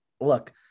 look